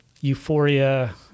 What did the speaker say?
euphoria